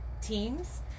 teams